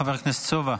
חבר הכנסת סובה.